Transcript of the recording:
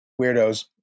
weirdos